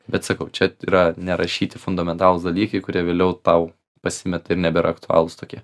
bet sakau čia yra nerašyti fundamentalūs dalykai kurie vėliau tau pasimeta ir nebėra aktualūs tokie